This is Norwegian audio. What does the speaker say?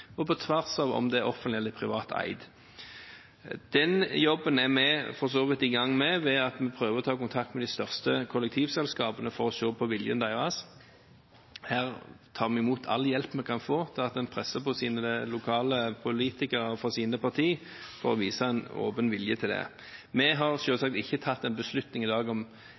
og på tvers av om det er offentlig eller privat eid. Den jobben er vi for så vidt i gang med, ved at vi prøver å ta kontakt med de største kollektivselskapene for å se på viljen deres. Her tar vi imot all hjelp vi kan få ved at en presser på overfor sine lokale politikere og sine partier om å vise en åpen vilje til det. Vi har selvsagt ikke tatt en beslutning i dag om